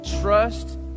trust